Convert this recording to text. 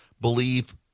believe